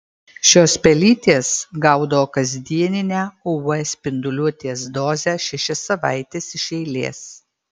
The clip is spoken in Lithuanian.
šios pelytės gaudavo kasdieninę uv spinduliuotės dozę šešias savaites iš eilės